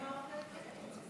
על מי אמרת את זה?